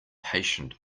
patient